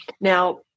Now